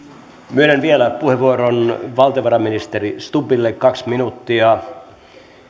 myönnän vielä puheenvuoron valtiovarainministeri stubbille kaksi minuuttia ja